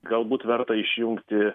galbūt verta išjungti